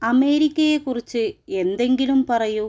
അമേരിക്കയെ കുറിച്ച് എന്തെങ്കിലും പറയൂ